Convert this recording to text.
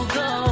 go